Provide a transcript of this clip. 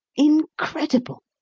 incredible!